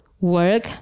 work